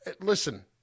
listen